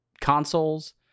consoles